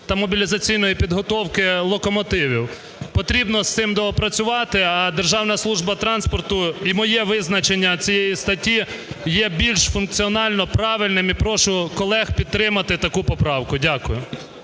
та мобілізаційної підготовки локомотивів. Потрібно з цим доопрацювати. А Державна служба транспорту і моє визначення цієї статті є більш функціонально правильним. І прошу колег підтримати таку поправку. Дякую.